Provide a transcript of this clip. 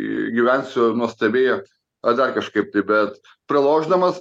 gyvensiu nuostabiai ar dar kažkaip tai bet pralošdamas